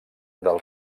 del